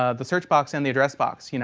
ah the search box and the address box. you know